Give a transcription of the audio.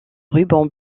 rubans